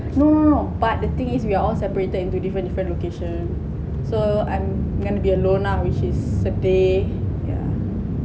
no no no but the thing is we are all separated into different different location so I'm gonna be alone ah which is sedih yeah